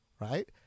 right